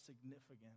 significant